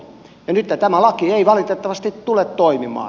nytten tämä laki ei valitettavasti tule toimimaan